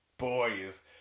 boys